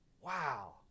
Wow